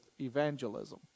evangelism